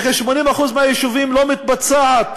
ב-80% מהיישובים לא מתבצעת